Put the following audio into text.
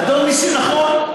אדון נסים, נכון.